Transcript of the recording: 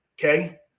Okay